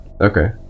Okay